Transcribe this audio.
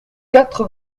quatre